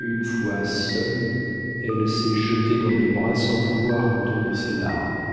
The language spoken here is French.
une fois seule elle s'est jetée dans mes bras sans pouvoir contenir ses larmes